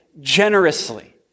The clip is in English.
generously